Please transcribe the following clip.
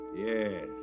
Yes